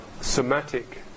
somatic